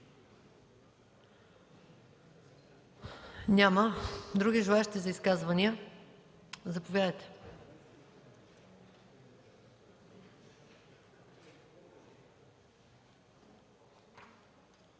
Няма. Други желаещи за изказвания? Заповядайте.